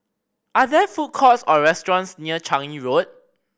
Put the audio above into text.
are there food courts or restaurants near Changi Road